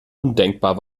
undenkbar